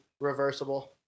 reversible